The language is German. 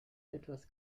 etwas